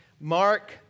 Mark